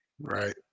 Right